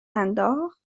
انداخت